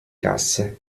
casse